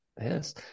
Yes